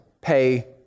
pay